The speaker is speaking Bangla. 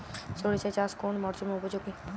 সরিষা চাষ কোন মরশুমে উপযোগী?